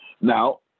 Now